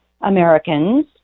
Americans